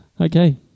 Okay